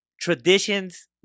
traditions